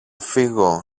φύγω